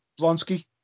Blonsky